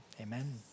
Amen